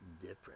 different